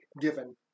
given